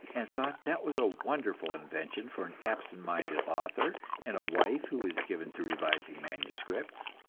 and thought that was a wonderful invention for an absent-minded author and a wife who is given to revising manuscripts.